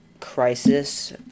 crisis